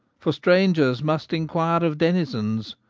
for strangers must inquire of denizens,